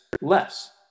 less